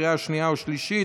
לקריאה שנייה ושלישית.